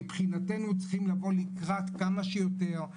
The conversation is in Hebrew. מבחינתנו צריכים לבוא לקראת כמה שיותר.